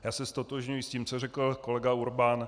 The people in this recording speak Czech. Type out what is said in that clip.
Já se ztotožňuji s tím, co řekl kolega Urban.